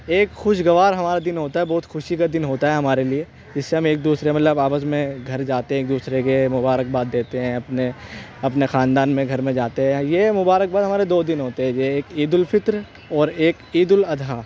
ایک خوشگوار ہمارا دن ہوتا ہے بہت خوشی کا دن ہوتا ہے ہمارے لیے اس سے ہم ایک دوسرے مطلب آپس میں گھر جاتے ہیں ایک دوسرے کے مبارکباد دیتے ہیں اپنے اپنے خاندان میں گھر میں جاتے ہیں یہ مبارکباد ہمارے دو دن ہوتے ہیں یہ ایک عید الفطر اور ایک عید الاضحیٰ